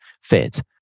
fit